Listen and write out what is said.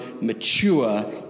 mature